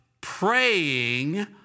praying